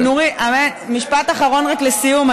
משפט אחרון לסיום.